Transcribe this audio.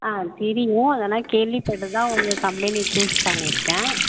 ஆ தெரியும் அதெல்லாம் கேள்விப்பட்டு தான் உங்க கம்பெனியை சூஸ் பண்ணியிருக்கேன்